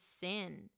sin